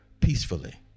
peacefully